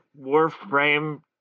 Warframe